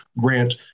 grant